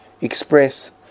express